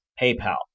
PayPal